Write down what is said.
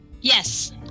Yes